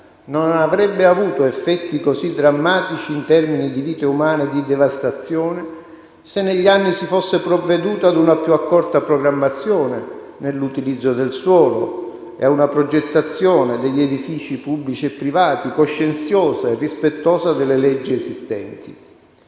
non avrebbe avuto effetti così drammatici in termini di vite umane e di devastazione se negli anni si fosse provveduto ad una più accorta programmazione nell'utilizzo del suolo e a una progettazione degli edifici pubblici e privati coscienziosa e rispettosa delle leggi esistenti.